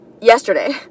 yesterday